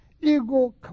Ego